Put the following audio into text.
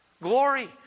Glory